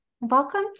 Welcome